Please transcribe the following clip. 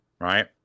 Right